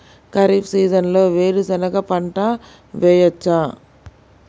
ఖరీఫ్ సీజన్లో వేరు శెనగ పంట వేయచ్చా?